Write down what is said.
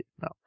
No